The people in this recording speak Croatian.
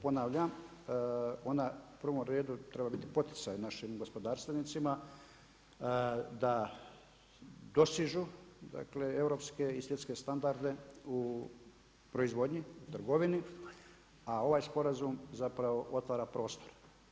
Ponavljam ona u prvom redu treba biti poticaj našim gospodarstvenicima da dosežu, dakle europske i svjetske standarde u proizvodnji, trgovini a ovaj sporazum zapravo otvara prostor.